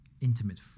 intimate